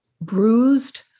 bruised